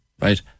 right